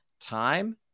time